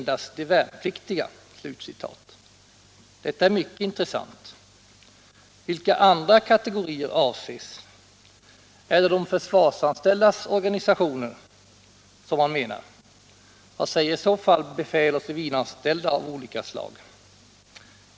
Detta är mycket intressant. Vilka andra kategorier avses? Är det de försvarsanställdas organisationer man menar? Vad säger i så fall befäl och civilanställda av olika slag?